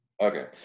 Okay